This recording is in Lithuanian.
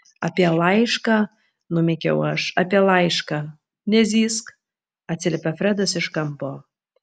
apie laišką numykiau aš apie laišką nezyzk atsiliepė fredas iš kampo